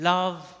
Love